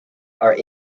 are